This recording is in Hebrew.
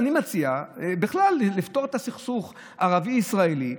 אני מציע בכלל לפתור את הסכסוך הערבי ישראלי,